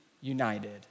united